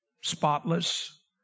spotless